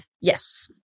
Yes